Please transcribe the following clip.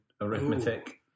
arithmetic